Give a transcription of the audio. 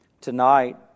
Tonight